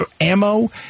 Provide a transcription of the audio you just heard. ammo